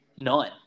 none